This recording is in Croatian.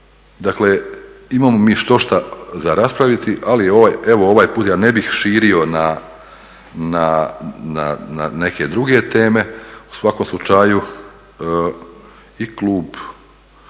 Dakle imamo mi štošta za raspraviti, ali evo ovaj put ja ne bih širio na neke druge teme. U svakom slučaju i klub